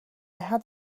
had